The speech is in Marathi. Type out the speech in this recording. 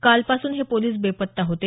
कालपासून हे पोलिस बेपत्ता होते